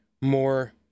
more